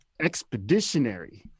expeditionary